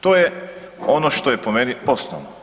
To je ono što je po meni osnovno.